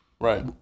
Right